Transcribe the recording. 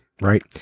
right